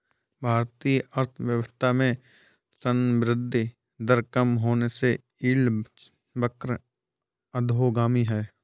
भारतीय अर्थव्यवस्था में संवृद्धि दर कम होने से यील्ड वक्र अधोगामी है